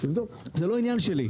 זה לא עניין שלי,